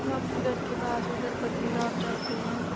हम घर के पास उधर पत्नीटाप जाते हैं